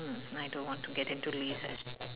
mm I don't want to get into laser